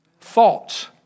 Thoughts